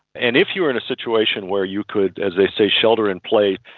and if you were in a situation where you could, as they say, shelter in place,